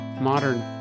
modern